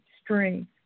strength